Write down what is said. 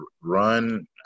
run